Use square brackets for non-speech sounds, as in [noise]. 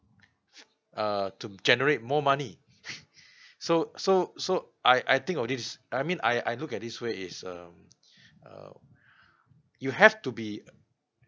uh to generate more money [laughs] so so so I I think of this I mean I I look at this way is um um you have to be